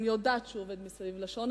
אני יודעת שהוא עובד מסביב לשעון,